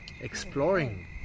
exploring